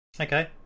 Okay